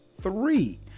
three